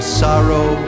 sorrow